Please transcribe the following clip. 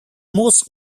most